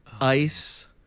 ice